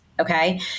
okay